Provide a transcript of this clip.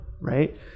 right